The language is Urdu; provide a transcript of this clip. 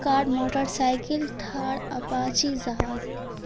کار موٹرسائیکل تھار اپاچی جہاز